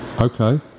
Okay